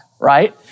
right